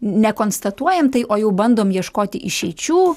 nekonstatuojam o jau bandom ieškoti išeičių